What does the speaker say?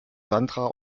sandra